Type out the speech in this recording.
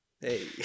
Hey